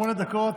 שמונה דקות,